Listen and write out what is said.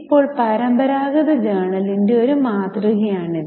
ഇപ്പോൾ പരമ്പരാഗത ജേണലിന്റെ ഒരു മാതൃകയാണിത്